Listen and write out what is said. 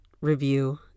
review